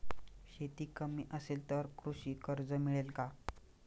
शेती कमी असेल तर कृषी कर्ज मिळेल का?